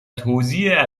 توزیع